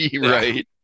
Right